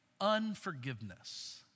unforgiveness